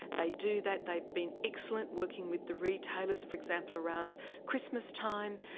they do that. they've been excellent working with the retailers, for example, around christmas time.